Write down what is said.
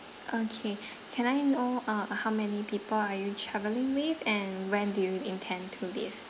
okay can I know uh how many people are you travelling with and when do you intend to leave